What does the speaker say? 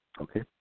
okay